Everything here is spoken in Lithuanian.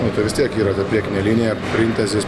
nu tai vis tiek yra ta priekinė linija priimtas jis